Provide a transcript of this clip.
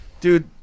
dude